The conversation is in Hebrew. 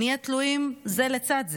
נהיה תלויים זה לצד זה".